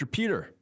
Peter